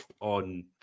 on